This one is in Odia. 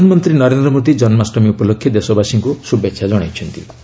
ପ୍ରଧାନମନ୍ତ୍ରୀ ନରେନ୍ଦ୍ର ମୋଦୀ ଜନ୍ମାଷ୍ଟମୀ ଉପଲକ୍ଷେ ଦେଶବାସୀଙ୍କୁ ଶୁଭେଚ୍ଛା ଜଣାଇଚ୍ଚନ୍ତି